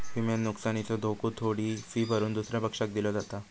विम्यात नुकसानीचो धोको थोडी फी भरून दुसऱ्या पक्षाक दिलो जाता